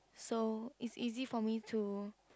so is easy for me to